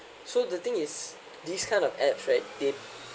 so the thing is this kind of apps right they